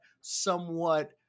somewhat